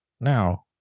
Now